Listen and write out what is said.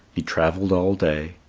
he travelled all day.